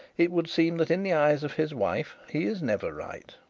it would seem that in the eyes of his wife he is never right.